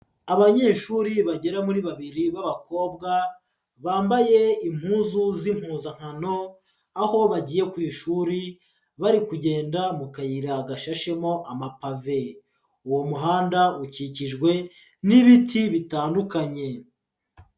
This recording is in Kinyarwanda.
Abanyeshuri bagera muri babiri b'abakobwa bambaye impuzu z'impuzankano aho bagiye ku ishuri bari kugenda mu kayira gasheshemo amapave, uwo muhanda ukikijwe n'ibiti bitandukanye.